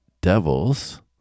devils